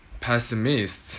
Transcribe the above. pessimist